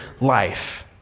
life